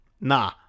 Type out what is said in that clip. nah